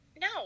No